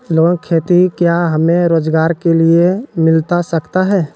Loan खेती क्या हमें रोजगार के लिए मिलता सकता है?